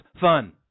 fun